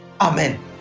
Amen